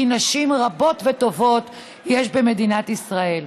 כי נשים רבות וטובות יש במדינת ישראל.